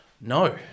No